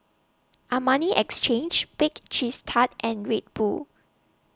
Armani Exchange Bake Cheese Tart and Red Bull